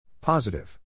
Positive